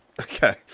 Okay